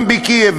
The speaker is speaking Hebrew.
גם בקייב,